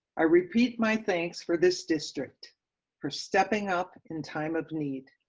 i repeat my thanks for this district for stepping up in time of need.